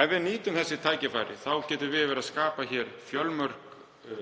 Ef við nýtum þessi tækifæri þá getum við skapað fjölmörg